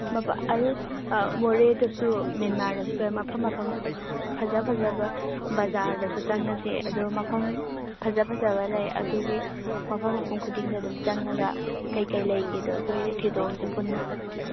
ꯃꯣꯔꯦꯗꯁꯨ ꯃꯦꯟꯃꯥꯔꯗꯁꯨ ꯃꯐꯝ ꯃꯐꯝ ꯐꯖ ꯐꯖꯕ ꯕꯖꯥꯔꯗꯁꯨ ꯆꯪꯉꯁꯦ ꯑꯗꯨ ꯃꯐꯝ ꯐꯖ ꯐꯖꯕ ꯂꯩ ꯑꯗꯨꯒꯤ ꯃꯐꯝ ꯃꯐꯝ ꯈꯨꯗꯤꯡꯗ ꯑꯗꯨꯝ ꯆꯪꯉꯒ ꯀꯩꯀꯩ ꯂꯩꯒꯦꯗꯣ ꯑꯩꯈꯣꯏ ꯊꯤꯗꯣꯛꯎꯁꯦ ꯄꯨꯟꯅ